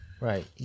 Right